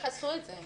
אז איך עשו את זה?